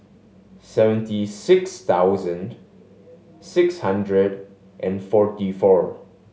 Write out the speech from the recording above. seventy six thousand six hundred and forty four